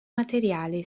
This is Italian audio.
materiale